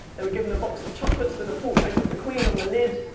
they were given a box of chocolates with a portrait of the queen on the lid.